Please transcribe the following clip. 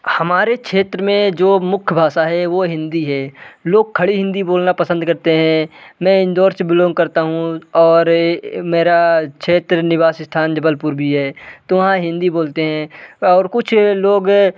हमारे क्षेत्र में जो मुख्य भाषा है वो हिंदी है लोग खड़ी हिंदी बोलना पसंद करते हैं मैं इंदौर से बिलोंग करता हूँ और मेरा क्षेत्र निवास स्थान जबलपुर भी है तो वहाँ हिंदी बोलते हैं और कुछ लोग